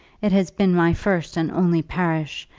it has been my first and only parish,